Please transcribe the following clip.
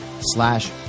slash